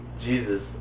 Jesus